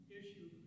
issue